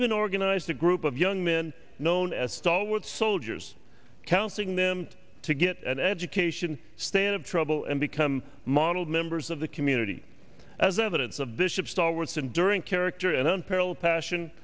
even organized a group of young men known as stalwart soldiers counseling them to get an education stand up trouble and become modeled members of the community as evidence of the ship stalwarts and during character and then peril passion